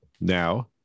Now